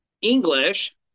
English